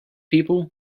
people